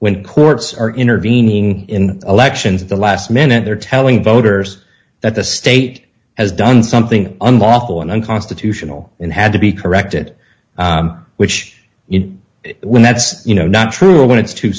when courts are intervening in elections the last minute they're telling voters that the state has done something unlawful and unconstitutional and had to be corrected which you know when that's you know not true when it's too